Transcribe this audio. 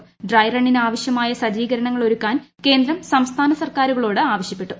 ന്യൈ റണ്ണിന് ആവശ്യമായ സജ്ജീകരണങ്ങൾ ഒരുക്കാൻ കേന്ദ്രം സംസ്ഥാന സർക്കാരുകളോട് ആവശ്യപ്പെട്ടു